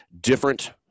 different